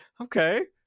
okay